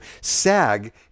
SAG